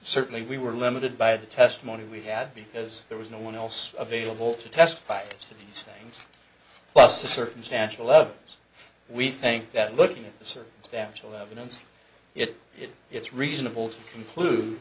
certainly we were limited by the testimony we had because there was no one else available to testify as to these things plus a circumstantial levels we think that looking at the circumstantial evidence it it's reasonable to conclude